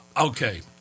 Okay